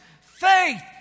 faith